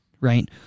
right